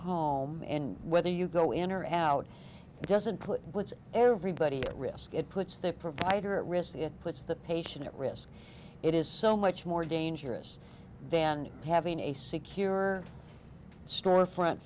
home and whether you go in or out it doesn't put everybody at risk it puts the provider at risk it puts the patient at risk it is so much more dangerous than having a secure store front